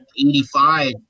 85